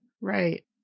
Right